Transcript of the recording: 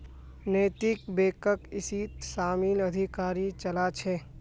नैतिक बैकक इसीत शामिल अधिकारी चला छे